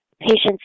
patients